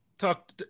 Talk